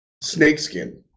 snakeskin